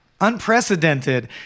unprecedented